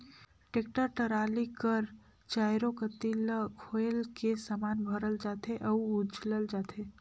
tractor trolley कर चाएरो कती ल खोएल के समान भरल जाथे अउ उझलल जाथे